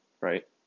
right